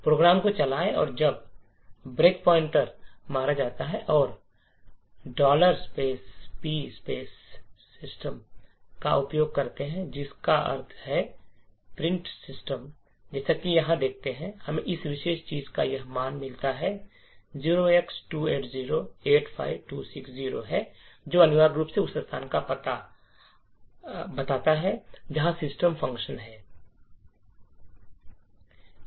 programme को चलाएं और जब ब्रेक पॉइंट मारा जाता है तो हम p system का उपयोग करते हैं जिसका अर्थ है प्रिंट सिस्टम और जैसा कि हम यहां देखते हैं हमें इस विशेष चीज़ का यह मान मिलता है जो 0x28085260 है जो अनिवार्य रूप से उस स्थान का पता है जहां सिस्टम फ़ंक्शन है वर्तमान